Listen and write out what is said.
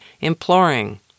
imploring